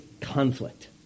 conflict